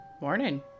Morning